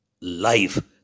life